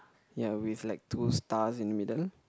ya with like two stars in the middle